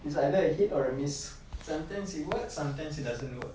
is either a hit or miss sometimes it works sometimes it doesn't work